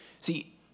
See